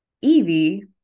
Evie